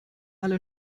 alle